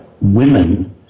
women